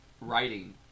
writing